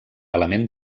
element